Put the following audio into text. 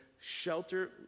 shelter